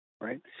Right